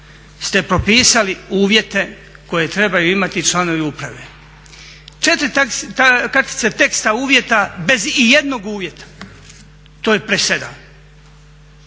ste propisali uvjete koje trebaju imati članovi uprave. 4 kartice teksta uvjeta bez ijednog uvjeta. To je presedan!